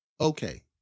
okay